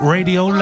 Radio